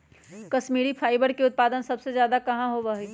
Kashmiri fibre के उत्पादन सबसे ज्यादा कहाँ होबा हई?